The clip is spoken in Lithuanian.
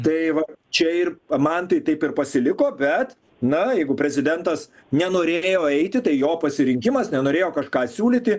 tai va čia ir man tai taip ir pasiliko bet na jeigu prezidentas nenorėjo eiti tai jo pasirinkimas nenorėjo kažką siūlyti